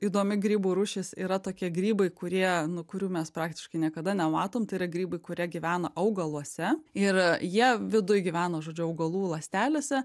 įdomi grybų rūšis yra tokie grybai kurie nu kurių mes praktiškai niekada nematom tai yra grybai kurie gyvena augaluose ir jie viduj gyveno žodžiu augalų ląstelėse